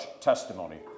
testimony